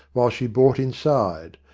while she bought inside,